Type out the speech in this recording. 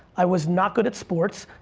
i was not good at sports.